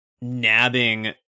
nabbing